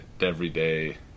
everyday